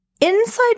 inside